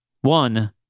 One